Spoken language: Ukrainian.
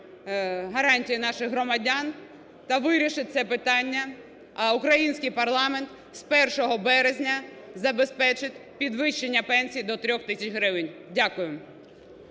гарантії наших громадян та вирішить це питання, а український парламент з 1 березня забезпечить підвищення пенсій до 3 тисяч гривень. Дякую.